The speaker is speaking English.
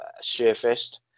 surfaced